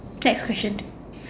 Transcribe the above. cats question